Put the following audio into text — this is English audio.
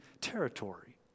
territory